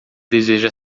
deseja